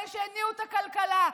אלה שהניעו את הכלכלה,